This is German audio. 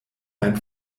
ein